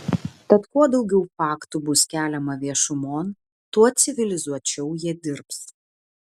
tad kuo daugiau faktų bus keliama viešumon tuo civilizuočiau jie dirbs